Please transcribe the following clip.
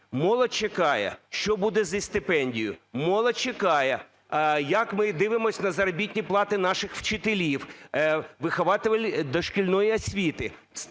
Молодь чекає що буде зі стипендію. Молодь чекає як ми дивимося на заробітні плати наших вчителів, вихователів дошкільної освіти.